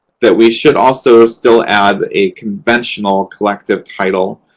that we should also still add a conventional collective title.